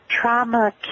trauma